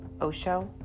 Osho